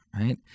right